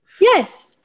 Yes